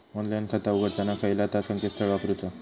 Online खाता उघडताना खयला ता संकेतस्थळ वापरूचा?